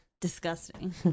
Disgusting